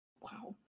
Wow